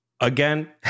again